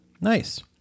Nice